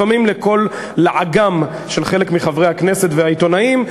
לפעמים לקול לעגם של חלק מחברי הכנסת והעיתונאים,